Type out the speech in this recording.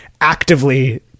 actively